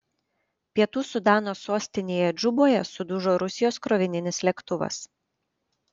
pietų sudano sostinėje džuboje sudužo rusijos krovininis lėktuvas